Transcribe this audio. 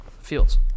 Fields